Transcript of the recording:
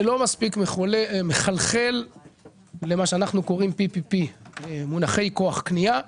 זה לא מספיק מחלחל למה שאנחנו קוראים PPP - מונחי כוח קנייה,